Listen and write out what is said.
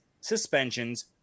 suspensions